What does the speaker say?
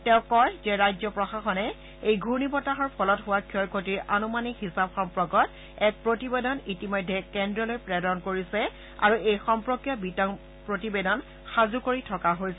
তেওঁ কয় যে ৰাজ্য প্ৰশাসনে এই ঘূৰ্ণি বতাহৰ ফলত হোৱা ক্ষয় ক্ষতিৰ আনুমানিক হিচাপ সম্পৰ্কত এক প্ৰতিবেদন ইতিমধ্যে কেন্দ্ৰলৈ প্ৰেৰণ কৰিছে আৰু এই সম্পৰ্কীয় বিতং প্ৰতিবেদন সাজূ কৰি থকা হৈছে